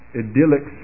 idyllic